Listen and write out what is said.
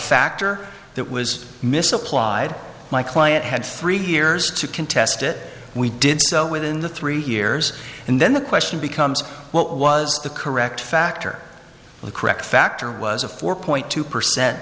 factor that was misapplied my client had three years to contest it we did so within the three years and then the question becomes what was the correct factor for the correct factor was a four point two percent